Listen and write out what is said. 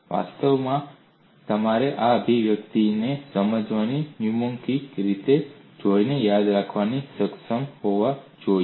વાસ્તવમાં તમારે આ અભિવ્યક્તિઓને સમજવાની ન્યુમોનિક રીત જોઈને યાદ રાખવા સક્ષમ હોવા જોઈએ